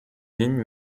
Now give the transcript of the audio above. ligne